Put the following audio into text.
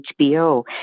HBO